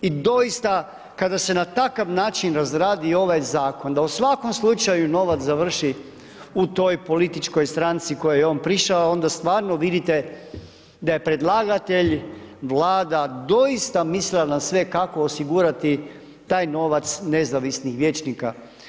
I doista kada se na takav način razradi ovaj zakon da u svakom slučaju novac završi u toj političkoj stranci kojoj je on prišao onda stvarno vidite da je predlagatelj, Vlada, doista mislila na sve kako osigurati taj novac nezavisnih vijećnika.